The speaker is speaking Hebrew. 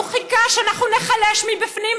הוא חיכה שאנחנו ניחלש מבפנים,